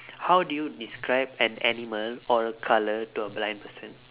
how do you describe an animal or a colour to a blind person